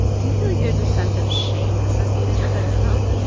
do you feel like there's a sense of shame associated with that smell?